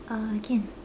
uh can